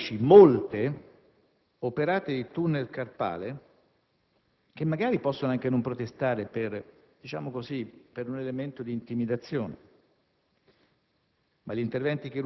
Vi sono molte lavoratrici operate di tunnel carpale che magari possono anche non protestare per un elemento di intimidazione,